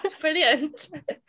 Brilliant